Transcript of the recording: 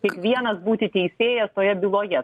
kiekvienas būti teisėjas toje byloje